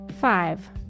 Five